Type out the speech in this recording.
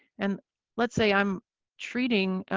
and let's say i'm treating